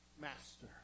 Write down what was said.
Master